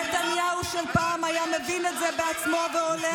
נתניהו של פעם היה מבין את זה בעצמו והולך,